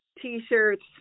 T-shirts